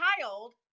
child